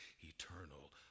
eternal